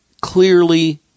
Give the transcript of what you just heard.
clearly